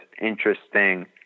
interesting